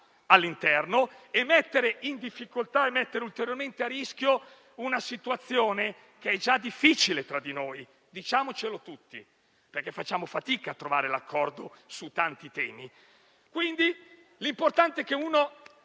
all'interno e mettere in difficoltà e ulteriormente a rischio una situazione che è già difficile tra di noi, diciamocelo, perché facciamo fatica a trovare l'accordo su tanti temi. Quindi, l'importante è che uno